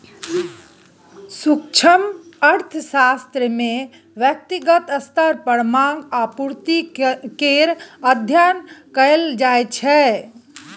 सूक्ष्म अर्थशास्त्र मे ब्यक्तिगत स्तर पर माँग आ पुर्ति केर अध्ययन कएल जाइ छै